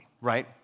Right